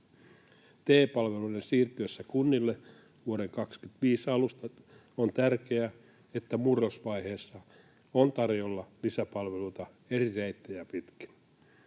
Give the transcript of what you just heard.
TE-palveluiden siirtyessä kunnille vuoden 25 alusta on tärkeää, että murrosvaiheessa on tarjolla lisäpalveluita eri reittejä pitkin.